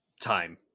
time